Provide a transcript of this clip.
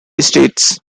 estates